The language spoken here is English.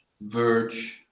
Verge